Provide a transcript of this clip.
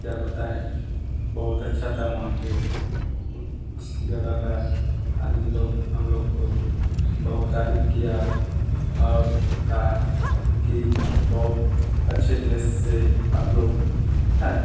क्या बताएँ बहुत अच्छा था वहाँ पर और उस जगह का आदमी लोग हम लोग को बहुत तारीफ किया और कहा कि बहुत अच्छे देश से आप लोग है